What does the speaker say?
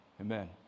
amen